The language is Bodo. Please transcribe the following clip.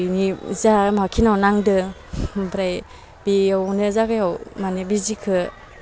बिनि जा बबेखिनियाव नांदों ओमफ्राय बेयावनो जायगायाव माने बिजिखौ